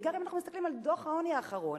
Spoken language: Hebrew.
בעיקר אם אנחנו מסתכלים על דוח העוני האחרון: